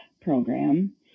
program